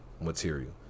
material